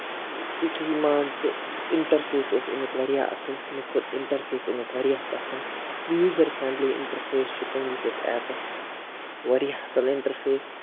یِتھُے مان ژٕ اِنٹر فیس اوس اَمیُک واریاہ اَصٕل مےٚ کھوٚت اِنٹر فیس اَمیُک واریاہ پَسنٛد یوٗزَر فرٛینٛڈلی اِنٹر فیس چھُ تُہٕنٛدِس یَتھ ایپَس واریاہ اَصٕل اِنٹر فیس